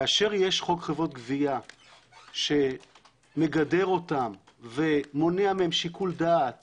כאשר יש חוק חברות גבייה שמגדר אותן ומונע מהם שיקול דעת